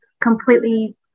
completely